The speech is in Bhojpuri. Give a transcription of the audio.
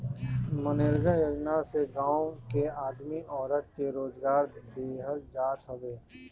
मनरेगा योजना से गांव के आदमी औरत के रोजगार देहल जात हवे